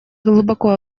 глубоко